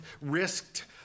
risked